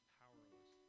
powerless